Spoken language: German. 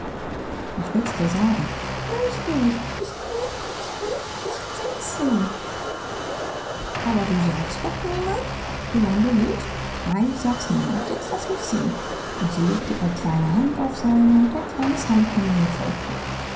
ich will's dir sagen nein ich will nicht ich will ich will ich will es sehen aber du sagst es doch niemand so lang du lebst nein ich sag's niemand jetzt laß mich sehen und sie legte ihre kleine hand auf seine und ein kleines handgemenge